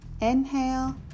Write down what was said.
Inhale